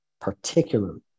particularly